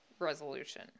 resolution